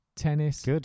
Tennis